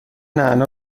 نعنا